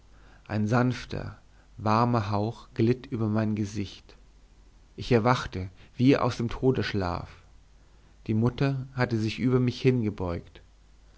ein sanfter warmer hauch glitt über mein gesicht ich erwachte wie aus dem todesschlaf die mutter hatte sich über mich hingebeugt